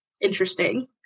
interesting